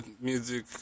music